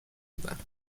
بودند